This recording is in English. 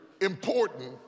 important